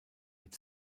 mit